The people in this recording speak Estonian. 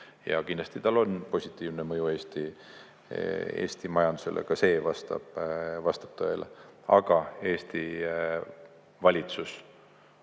Ja kindlasti on sel positiivne mõju Eesti majandusele, ka see vastab tõele. Aga Eesti valitsus